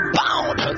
bound